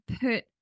put